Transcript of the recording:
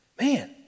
Man